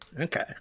Okay